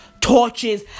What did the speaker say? torches